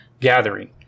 gathering